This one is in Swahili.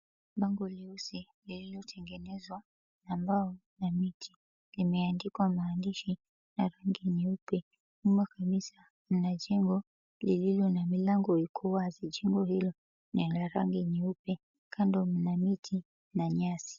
Bango nyeusi iliotengenezwa ambao na miti imeandikwa maandishi ya rangi nyeupe nyuma kabisa kuna jengo lililo na milango iko wazi jengo hilo ni la rangi nyeupe kando kuna miti na nyasi